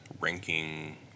ranking